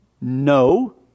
No